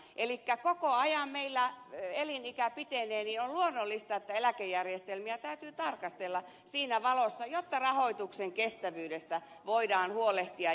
kun koko ajan meillä elinikä pitenee niin on luonnollista että eläkejärjestelmiä täytyy tarkastella siinä valossa jotta rahoituksen kestävyydestä voidaan huolehtia